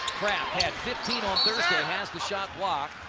craft had fifteen on thursday. has the shot blocked.